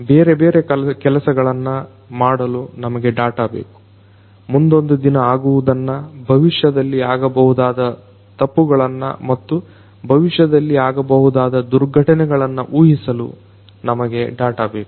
ಬೇರೆ ಬೇರೆ ಕೆಲಸಗಳನ್ನ ಮಾಡಲು ನಮಗೆ ಡಾಟ ಬೇಕು ಮುಂದೊಂದು ದಿನ ಆಗುವುದನ್ನ ಭವಿಷ್ಯದಲ್ಲಿ ಆಗುಬಹುದಾದ ತಪ್ಪುಗಳನ್ನ ಮತ್ತು ಭವಿಷ್ಯದಲ್ಲಿ ಆಗಬಹುದಾದ ದುರ್ಘಟನೆಗಳನ್ನ ಊಹಿಸಲು ನಮಗೆ ಡಾಟ ಬೇಕು